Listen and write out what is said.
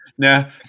Now